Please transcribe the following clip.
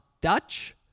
Dutch